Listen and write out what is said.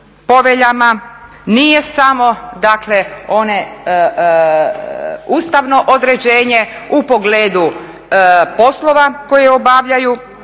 poveljama nije samo, dakle one ustavno određenje u pogledu poslova koje obavljaju